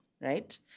right